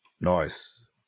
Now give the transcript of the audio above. Nice